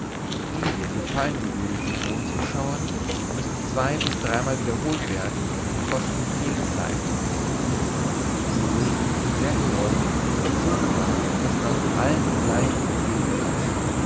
diese gefallen gewöhnlich den hohen zuschauern müssen zwei bis dreimal wiederholt werden und kosten viel zeit die logen sind sehr geräumig und so gebaut daß man aus allen gleich gut sehen kann